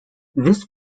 this